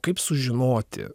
kaip sužinoti